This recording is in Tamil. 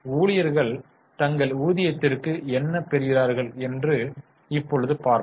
ஊழியர்கள் தங்கள் ஊதியத்திற்கு என்ன பெறுகிறார்கள் என்று இப்பொழுது பார்ப்போம்